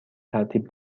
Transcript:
ترتیب